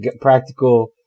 practical